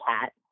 cat